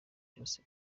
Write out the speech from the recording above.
byose